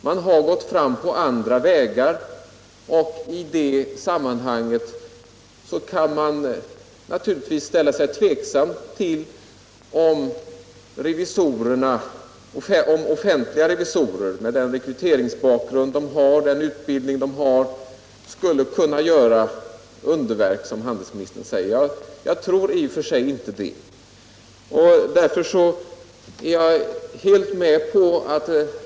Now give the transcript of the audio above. Man har hittat andra lösningar, och därför kan offentliga revisorer naturligtvis inte göra underverk, som handelsministern säger.